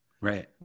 right